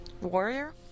Warrior